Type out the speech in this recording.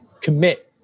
commit